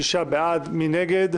הצבעה הבקשה לנושא חדש,